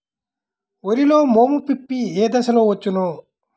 వరిలో మోము పిప్పి ఏ దశలో వచ్చును?